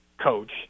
coach